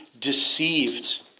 deceived